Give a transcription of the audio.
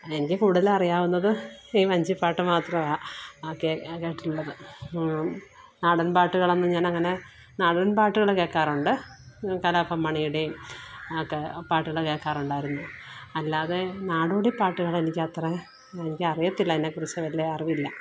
എനിക്ക് കൂടുതൽ അറിയാവുന്നത് ഈ വഞ്ചിപ്പാട്ട് മാത്രമാണ് ഒക്കെ ഞാ കേട്ടിട്ടുള്ളത് നാടൻ പാട്ടുകളൊന്നും ഞാൻ അങ്ങനെ നാടൻ പാട്ടുകള് കേൾക്കാറുണ്ട് കലാഭവൻ മണിയുടെയും ഒക്കെ പാട്ടുകള് കേൾക്കാറുണ്ടായിരുന്നു അല്ലാതെ നാടോടി പാട്ടുകള് എനിക്കത്ര എനിക്ക് അറിയത്തില്ല അതിനെകുറിച്ച് വലിയ അറിവില്ല